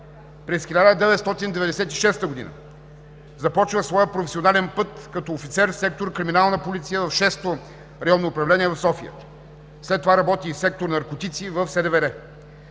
През 1996 г. започва своя професионален път като офицер в сектор „Криминална полиция“ в Шесто районно управление в София. След това работи и в сектор „Наркотици“ в СДВР.